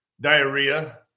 diarrhea